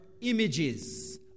images